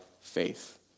faith